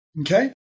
okay